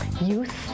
youth